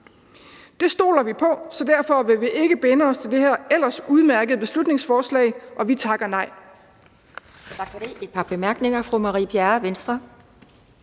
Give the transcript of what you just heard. Det stoler vi på, så derfor vil vi ikke binde os til det her ellers udmærkede beslutningsforslag, og vi takker nej.